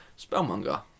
Spellmonger